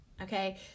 okay